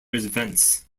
events